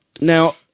Now